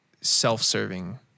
Self-serving